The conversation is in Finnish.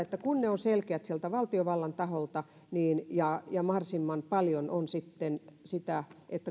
kun ne ovat selkeät sieltä valtiovallan taholta ja ja mahdollisimman paljon on sitten sitä